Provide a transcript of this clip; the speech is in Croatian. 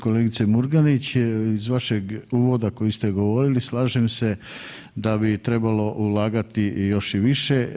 Kolegice Murganić iz vašeg uvoda koji ste govorili slažem se da bi trebalo ulagati još i više.